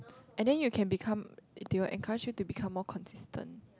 and then you can become they will encourage you to become more consistent